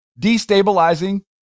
destabilizing